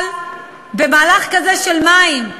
אבל במהלך כזה לגבי מים,